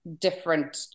different